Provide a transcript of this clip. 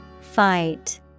Fight